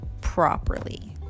properly